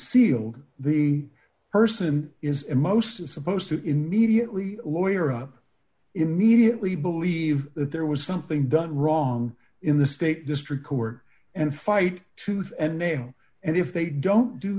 sealed the person is in most is supposed to immediately lawyer up immediately believe that there was something done wrong in the state district court and fight tooth and nail and if they don't do